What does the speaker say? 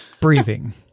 breathing